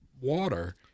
water